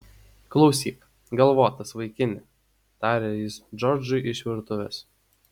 klausyk galvotas vaikine tarė jis džordžui iš virtuvės